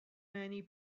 many